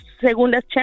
segundas